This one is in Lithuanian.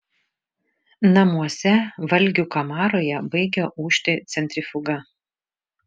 namuose valgių kamaroje baigia ūžti centrifuga